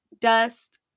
dust